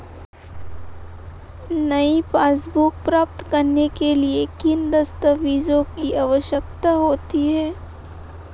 नई पासबुक प्राप्त करने के लिए किन दस्तावेज़ों की आवश्यकता होती है?